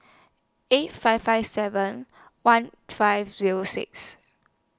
eight five five seven one five Zero six